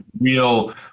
real